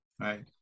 Right